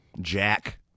Jack